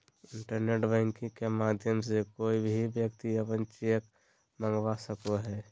internet banking के माध्यम से कोय भी व्यक्ति अपन चेक मंगवा सको हय